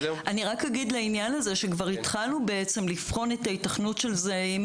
לעניין הזה, כבר התחלנו לבחון את ההיתכנות של זה.